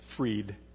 freed